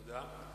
תודה.